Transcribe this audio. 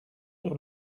sur